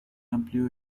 amplio